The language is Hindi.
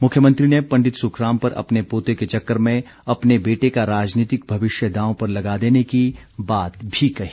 मुख्यमंत्री ने पंडित सुखराम पर अपने पोते के चक्कर में अपने बेटे का राजनीतिक भविष्य दाव पर लगा देने की बात भी कही